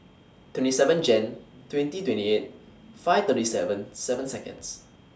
twenty seven Jan twenty twenty eight five thirty seven seven Seconds